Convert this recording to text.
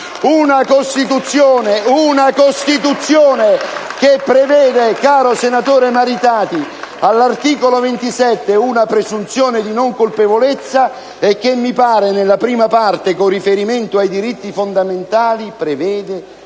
Una Costituzione che prevede, caro senatore Maritati, all'articolo 27 una presunzione di non colpevolezza e che nella Parte I, con riferimento ai diritti fondamentali, prevede